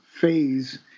phase